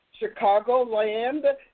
Chicagoland